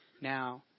now